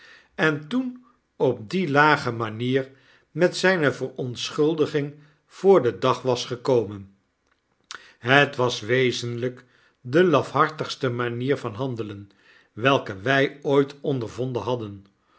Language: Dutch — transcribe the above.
en toen op die lage manier met zijne verontschuldiging voor den dag was gekomen het was wezenlijk de lafhartigste manier van handelen welke wij ooit ondervonden hadden